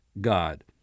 God